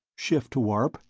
shift to warp,